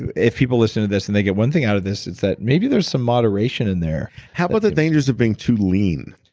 if people listening to this and they get one thing out of this, it's that maybe there's some moderation in there how about the dangers of being too lean?